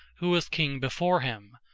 who was king before him,